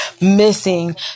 missing